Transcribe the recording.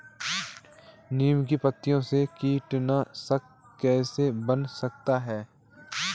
नीम की पत्तियों से कीटनाशक कैसे बना सकते हैं?